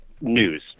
news